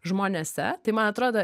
žmonėse tai man atrodo